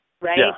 Right